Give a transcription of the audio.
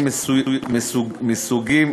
ובמקרים מסוימים